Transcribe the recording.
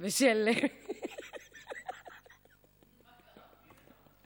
ושל מה קרה פנינה?